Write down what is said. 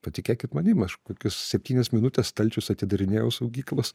patikėkit manim aš kokius septynias minutes stalčius atidarinėjau saugyklos